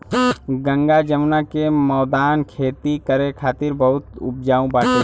गंगा जमुना के मौदान खेती करे खातिर बहुते उपजाऊ बाटे